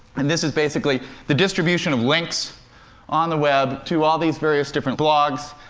and this is basically the distribution of links on the web to all these various different blogs.